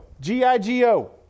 G-I-G-O